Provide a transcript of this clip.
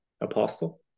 Apostle